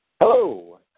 Hello